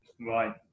Right